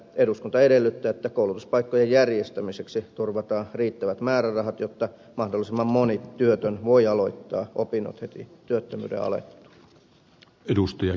eduskunta edellyttää että koulutuspaikkojen järjestämiseksi turvataan riittävät määrärahat jotta mahdollisimman moni työtön voi aloittaa opinnot heti työttömyyden alettua